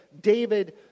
David